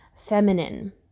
feminine